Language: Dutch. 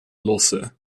lossen